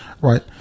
right